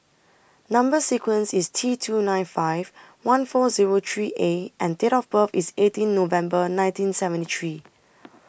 Number sequence IS T two nine five one four Zero three A and Date of birth IS eighteen November nineteen seventy three